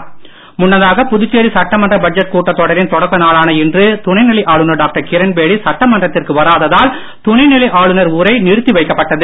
துணை நிலை ஆளுநர் முன்னதாக புதுச்சேரி சட்டமன்ற பட்ஜெட் கூட்டத் தொடரின் தொடக்க நாளான இன்று துணை நிலை ஆளுநர் டாக்டர் கிரண்பேடி சட்டமன்றத்திற்கு வராததால் துணை நிலை ஆளுநர் உரை நிறுத்தி வைக்கப்பட்டது